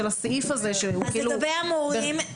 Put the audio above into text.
הסעיף הזה שהוא כאילו --- לגבי המורים,